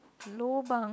lobang